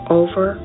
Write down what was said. over